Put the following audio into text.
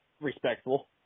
respectful